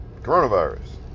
Coronavirus